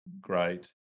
great